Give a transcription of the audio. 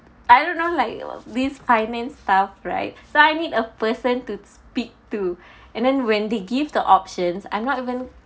I don't know like with finance stuff right so I need a person to speak to and then when they give the options I'm not even